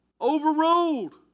Overruled